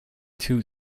two